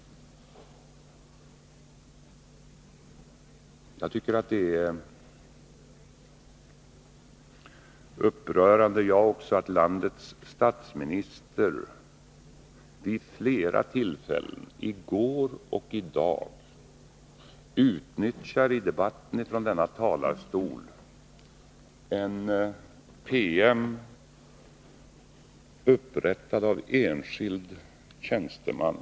Också jag tycker att det är upprörande att landets statsminister vid flera tillfällen, i går och i dag, i debatten från denna talarstol utnyttjar en PM upprättad av en enskild tjänsteman.